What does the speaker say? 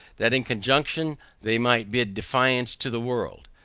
that in conjunction they might bid defiance to the world.